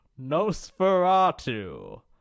Nosferatu